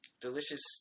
Delicious